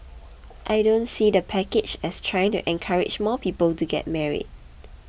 I don't see the package as trying to encourage more people to get married